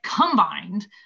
combined